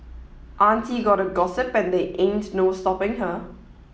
auntie gotta gossip and there ain't no stopping her